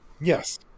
Yes